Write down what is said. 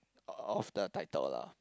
of the title lah